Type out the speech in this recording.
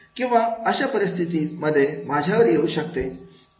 किंवा अशी परिस्थिती माझ्यावर येऊ शकते